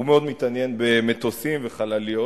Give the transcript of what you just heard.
מאוד מתעניין במטוסים ובחלליות,